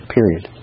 Period